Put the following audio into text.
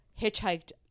hitchhiked